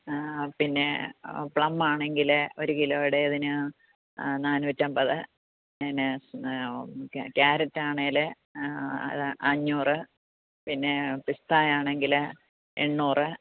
പിന്നെ പ്ലം ആണെങ്കിൽ ഒരു കിലോയുടേതിന് നാനൂറ്റി അൻപത് പിന്നെ കാരറ്റ് ആണെങ്കിൽ അഞ്ഞൂറ് പിന്നെ പിസ്ത ആണെങ്കിൽ എണ്ണൂറ്